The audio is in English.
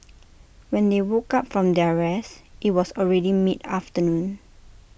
when they woke up from their rest IT was already mid afternoon